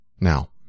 now